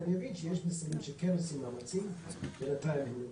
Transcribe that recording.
ואני מבין שיש משרדים שכן עושים מאמצים בעניין זה.